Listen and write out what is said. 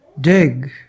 Dig